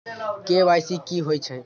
KYC कि होई छई?